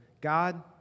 God